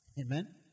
amen